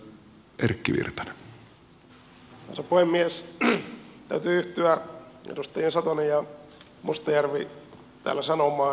täytyy yhtyä edustajien satonen ja mustajärvi täällä sanomaan työvoimatoimistoista